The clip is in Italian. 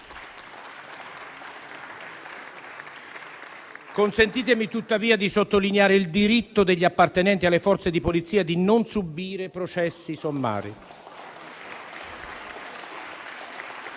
Consentitemi, tuttavia, di sottolineare il diritto degli appartenenti alle Forze di polizia di non subire processi sommari.